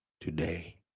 today